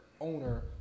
owner